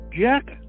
Jack